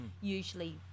usually